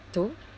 to